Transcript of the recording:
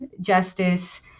justice